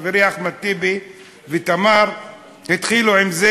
חברי אחמד טיבי ותמר התחילו עם זה,